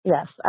Yes